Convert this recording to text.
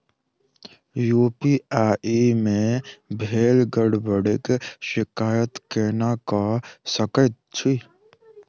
UPI मे भेल गड़बड़ीक शिकायत केना कऽ सकैत छी?